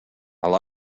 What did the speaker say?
i’ll